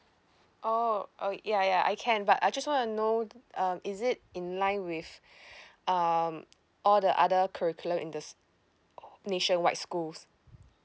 oh oh ya ya I can but I just wanna know um is it in line with um all the other curriculum in the uh nationwide schools